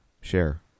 share